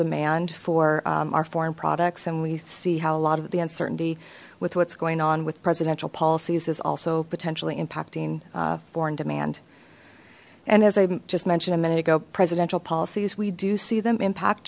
demand for our foreign products and we see how a lot of the uncertainty with what's going on with presidential policies is also potentially impacting foreign demand and as i just mentioned a minute ago presidential policies we do see them impact